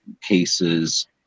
cases